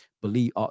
believe